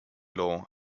law